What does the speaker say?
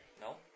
No